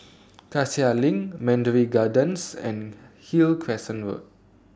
Cassia LINK Mandarin Gardens and Hillcrest Road